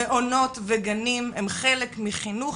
מעונות וגנים הם חלק מחינוך,